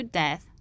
death